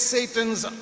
Satan's